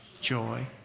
joy